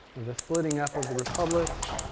the splitting up of the republics.